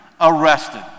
arrested